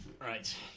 Right